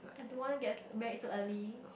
don't want get married so early